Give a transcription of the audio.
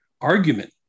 argument